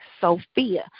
Sophia